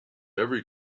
every